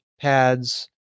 pads